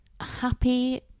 happy